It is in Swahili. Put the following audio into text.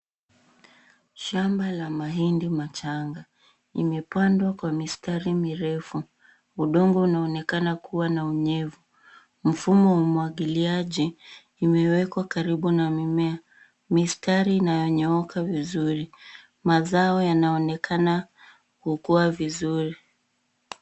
Shamba la mahindi machanga imepandwa kwa mistari mirefu. Udongo unaonekana kuwa na unyevu. Mfumo wa umwagiliaji imewekwa karibu na mimea. Mistari inayonyooka vizuri. Mazao yanaonekana kukua vizuri.